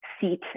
seat